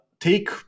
take